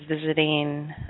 visiting